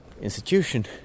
institution